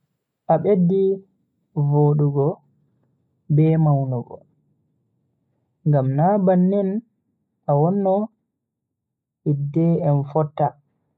A beddi vodugo be maunugo ngam na bannin a wonno hidde en fotta.